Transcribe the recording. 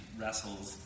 wrestles